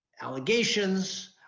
allegations